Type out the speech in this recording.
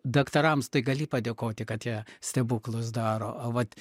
daktarams tai gali padėkoti kad jie stebuklus daro o vat